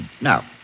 Now